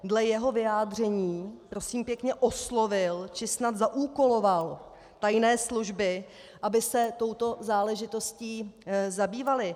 Dle jeho vyjádření, prosím pěkně, oslovil, či snad zaúkoloval tajné služby, aby se touto záležitostí zabývaly.